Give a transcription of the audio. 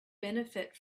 benefit